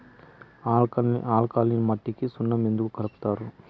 alkaline మట్టికి సున్నం ఎందుకు కలుపుతారు